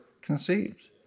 conceived